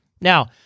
now